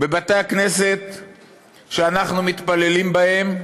בבתי הכנסת שאנחנו מתפללים בהם